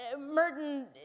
Merton